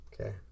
Okay